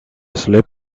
slip